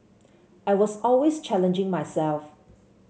I was always challenging myself